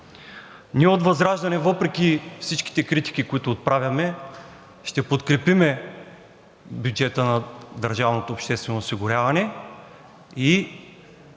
Ние от ВЪЗРАЖДАНЕ, въпреки всичките критики, които отправяме, ще подкрепим бюджета на